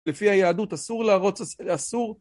לפי היהדות אסור להראות... אסור...